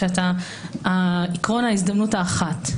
עיקרון ההזדמנות האחת.